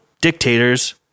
dictators